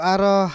Aro